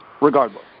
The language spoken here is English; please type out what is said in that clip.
regardless